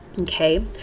okay